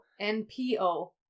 NPO